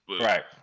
Right